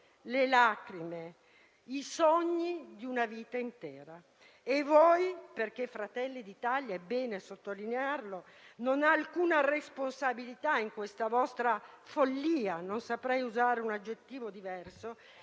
le lacrime e i sogni di una vita intera. E voi - perché Fratelli d'Italia, è bene sottolinearlo, non ha alcuna responsabilità in questa vostra "follia", e non saprei usare un sostantivo diverso